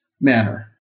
manner